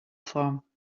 form